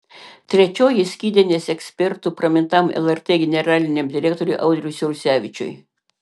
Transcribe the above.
trečioji skydinės ekspertu pramintam lrt generaliniam direktoriui audriui siaurusevičiui